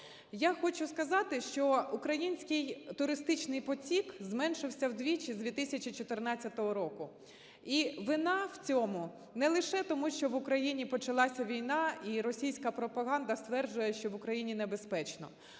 Я хочу сказати, що український туристичний потік зменшився вдвічі з 2014 року. І вина в цьому не лише тому, що в Україні почалася війна і російська пропаганда стверджує, що в Україні небезпечно,